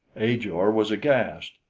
ajor was aghast.